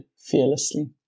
fearlessly